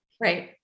Right